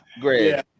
great